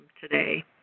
today